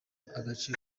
agace